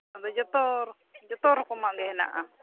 ᱟᱫᱚ ᱡᱚᱛᱚ ᱡᱚᱛᱚ ᱨᱚᱠᱚᱢᱟᱜ ᱜᱮ ᱦᱮᱱᱟᱜᱼᱟ